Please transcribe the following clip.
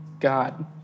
God